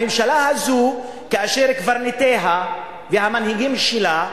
הממשלה הזו, כאשר קברניטיה והמנהיגים שלה,